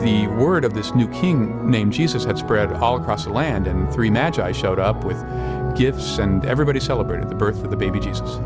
the word of this new king named jesus had spread all across the land and three matches showed up with gifts and everybody celebrated the birth of the bab